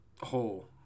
whole